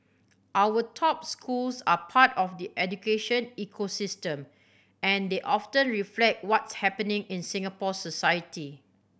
our top schools are part of the education ecosystem and they often reflect what's happening in Singapore society